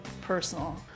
personal